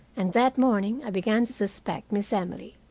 and that morning i began to suspect miss emily.